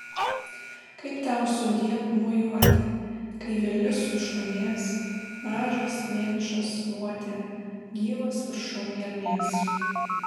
kaip tau sudie pamojuoti kai vilnis sušlamės mažas vienišas luote gyvas viršum gelmės